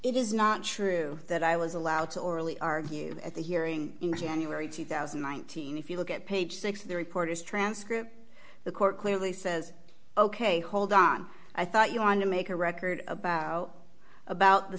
it is not true that i was allowed orally argue at the hearing in january two thousand and nineteen if you look at page six the record is transcript the court clearly says ok hold on i thought you want to make a record about about the